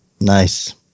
Nice